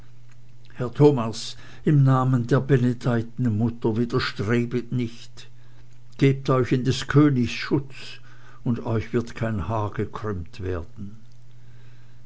herr thomas im namen der benedeiten mutter widerstrebet nicht gebt euch in des königs schutz und euch wird kein haar gekrümmt werden